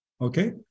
Okay